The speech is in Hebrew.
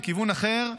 מכיוון אחר,